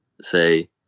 say –